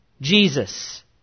Jesus